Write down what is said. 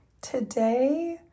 today